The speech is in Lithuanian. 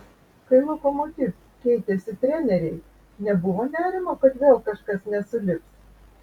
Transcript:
kai lokomotiv keitėsi treneriai nebuvo nerimo kad vėl kažkas nesulips